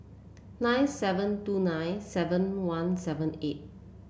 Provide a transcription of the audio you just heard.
nine seven two nine seven one seven eight